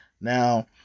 Now